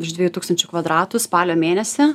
virš dviejų tūkstančių kvadratų spalio mėnesį